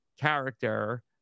character